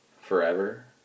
forever